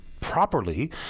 properly